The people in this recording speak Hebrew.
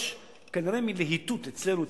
יש כנראה מין להיטות אצלנו,